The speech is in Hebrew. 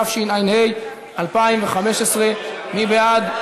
התשע"ה 2015. מי בעד?